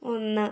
ഒന്ന്